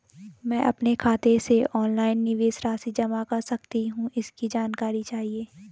मैं अपने खाते से ऑनलाइन निवेश राशि जमा कर सकती हूँ इसकी जानकारी चाहिए?